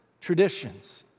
traditions